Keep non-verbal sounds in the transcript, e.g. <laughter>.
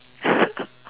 <breath>